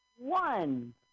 One